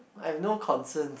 I have no concerns